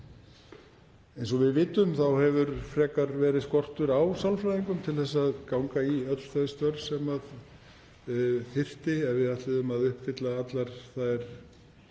eins og við vitum hefur frekar verið skortur á sálfræðingum til að ganga í öll þau störf sem þyrfti ef við ætluðum að uppfylla allar þær